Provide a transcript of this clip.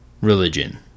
religion